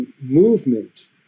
movement